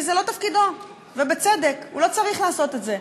כי זה לא תפקידו, ובצדק, הוא לא צריך לעשות את זה.